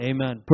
Amen